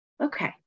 okay